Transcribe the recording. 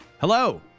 Hello